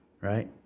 right